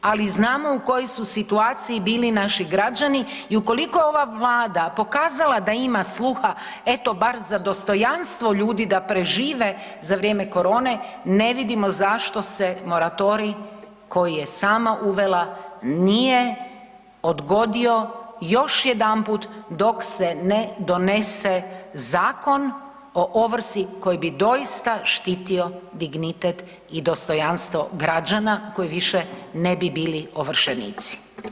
Ali znamo u kojoj su situaciji bili naši građani i ukoliko je ova Vlada pokazala da ima sluha, eto, bar za dostojanstvo ljudi da prežive za vrijeme korone, ne vidimo zašto se moratorij koji je sama uvela, nije odgodio još jedanput dok se ne donese zakon o ovrsi koji bi doista štitio dignitet i dostojanstvo građana koji više ne bi bili ovršenici.